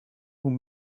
hoe